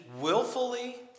willfully